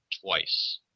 twice